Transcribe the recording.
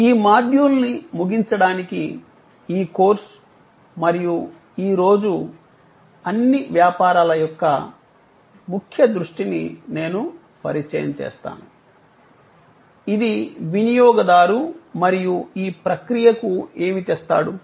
ఈ మాడ్యూల్ను ముగించడానికి ఈ కోర్సు మరియు ఈ రోజు అన్ని వ్యాపారాల యొక్క ముఖ్య దృష్టిని నేను పరిచయం చేస్తాను ఇది వినియోగదారు మరియు ఈ ప్రక్రియకు ఏమి తెస్తాడు